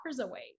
away